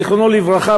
זכרו לברכה,